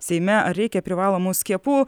seime ar reikia privalomų skiepų